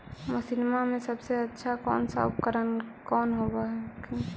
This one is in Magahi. मसिनमा मे सबसे अच्छा कौन सा उपकरण कौन होब हखिन?